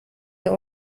der